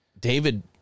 David